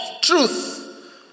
truth